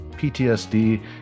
PTSD